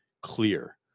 clear